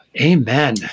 Amen